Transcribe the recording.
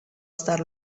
star